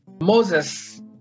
Moses